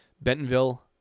Bentonville